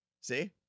See